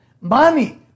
Money